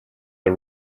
the